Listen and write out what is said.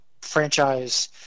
franchise